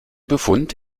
befund